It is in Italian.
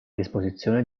disposizione